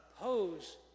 oppose